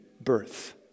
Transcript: birth